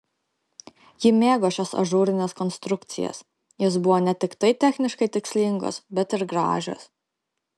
ji mėgo šias ažūrines konstrukcijas jos buvo ne tiktai techniškai tikslingos bet ir gražios